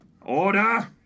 Order